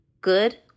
good